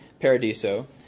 Paradiso